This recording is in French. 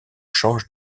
change